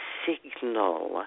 signal